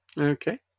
Okay